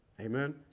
Amen